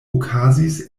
okazis